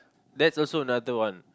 that's also another one